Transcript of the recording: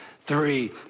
three